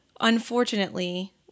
unfortunately